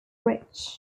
rich